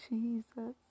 Jesus